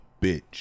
Bitch